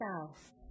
south